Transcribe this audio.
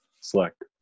select